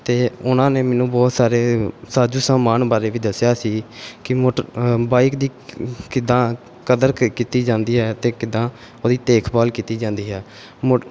ਅਤੇ ਉਹਨਾਂ ਨੇ ਮੈਨੂੰ ਬਹੁਤ ਸਾਰੇ ਸਾਜ਼ੋ ਸਮਾਨ ਬਾਰੇ ਵੀ ਦੱਸਿਆ ਸੀ ਕਿ ਮੋਟਰ ਬਾਈਕ ਦੀ ਕ ਕਿੱਦਾਂ ਕਦਰ ਕੀ ਕੀਤੀ ਜਾਂਦੀ ਹੈ ਅਤੇ ਕਿੱਦਾਂ ਉਹਦੀ ਦੇਖਭਾਲ ਕੀਤੀ ਜਾਂਦੀ ਹੈ ਮੋਟ